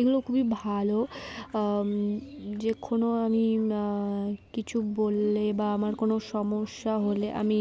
এগুলো খুবই ভালো যে কোনো আমি কিছু বললে বা আমার কোনো সমস্যা হলে আমি